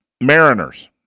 Mariners